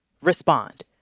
respond